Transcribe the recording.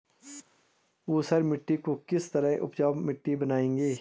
ऊसर मिट्टी को किस तरह उपजाऊ मिट्टी बनाएंगे?